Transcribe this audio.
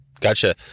Gotcha